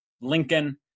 Lincoln